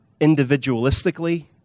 individualistically